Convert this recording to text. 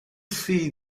see